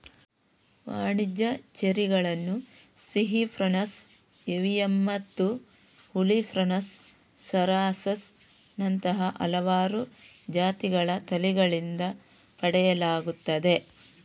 ವಾಣಿಜ್ಯ ಚೆರ್ರಿಗಳನ್ನು ಸಿಹಿ ಪ್ರುನಸ್ ಏವಿಯಮ್ಮತ್ತು ಹುಳಿ ಪ್ರುನಸ್ ಸೆರಾಸಸ್ ನಂತಹ ಹಲವಾರು ಜಾತಿಗಳ ತಳಿಗಳಿಂದ ಪಡೆಯಲಾಗುತ್ತದೆ